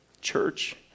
Church